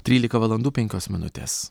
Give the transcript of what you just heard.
trylika valandų penkios minutės